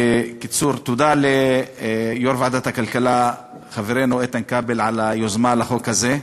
בקיצור: תודה ליושב-ראש ועדת הכלכלה חברנו איתן כבל על היוזמה לחוק הזה.